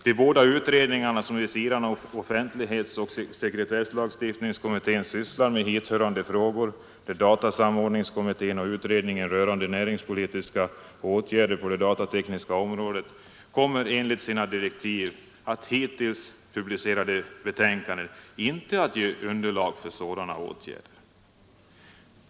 De båda utredningar som vid sidan av offentlighetsoch sekretesslagstiftningskommittén sysslar med hithörande frågor — datasamordningskommittén och utredningen rörande näringspolitiska åtgärder på det datatekniska området — kommer enligt sina direktiv och hittills publicerade delbetänkanden inte att ge underlag för sådana åtgärder.